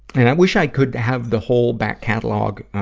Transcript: and i wish i could have the whole back catalog, ah,